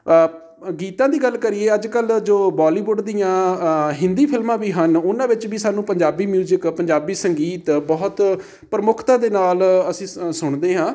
ਗੀਤਾਂ ਦੀ ਗੱਲ ਕਰੀਏ ਅੱਜ ਕੱਲ੍ਹ ਜੋ ਬਾਲੀਵੁੱਡ ਦੀਆਂ ਹਿੰਦੀ ਫਿਲਮਾਂ ਵੀ ਹਨ ਉਹਨਾਂ ਵਿੱਚ ਵੀ ਸਾਨੂੰ ਪੰਜਾਬੀ ਮਿਊਜਿਕ ਪੰਜਾਬੀ ਸੰਗੀਤ ਬਹੁਤ ਪ੍ਰਮੁੱਖਤਾ ਦੇ ਨਾਲ ਅਸੀਂ ਸ ਸੁਣਦੇ ਹਾਂ